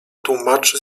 tłumaczy